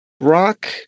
rock